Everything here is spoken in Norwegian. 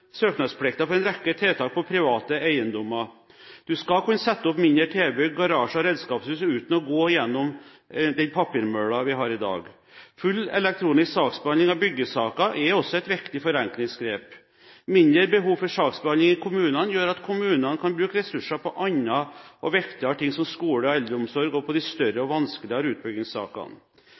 en rekke tiltak på private eiendommer. Man skal kunne sette opp mindre tilbygg, garasjer og redskapshus uten å gå gjennom dagens papirmølle. Full elektronisk saksbehandling av byggesaker er også et viktig forenklingsgrep. Mindre behov for saksbehandling i kommunene gjør at kommunene kan bruke ressurser på andre og viktigere ting som skole og eldreomsorg og på de større og vanskeligere utbyggingssakene.